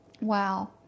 wow